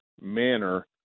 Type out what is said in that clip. manner